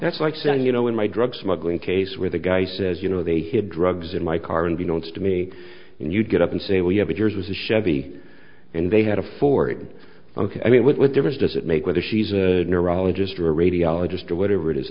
that's like saying you know in my drug smuggling case where the guy says you know they had drugs in my car and you know it's to me when you get up and say we have a jersey is a chevy and they had a ford ok i mean what difference does it make whether she's a neurologist or radiologist or whatever it is